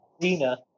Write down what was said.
Dina